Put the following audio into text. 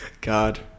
God